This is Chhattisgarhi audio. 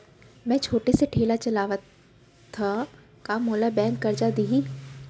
मैं छोटे से ठेला चलाथव त का मोला बैंक करजा दिही?